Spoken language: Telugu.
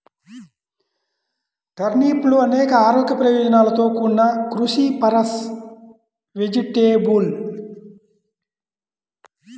టర్నిప్లు అనేక ఆరోగ్య ప్రయోజనాలతో కూడిన క్రూసిఫరస్ వెజిటేబుల్